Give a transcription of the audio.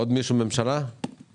עוד מישהו מן הממשלה רוצה